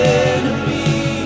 enemy